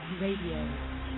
Radio